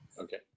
Okay